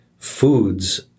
Foods